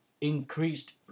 increased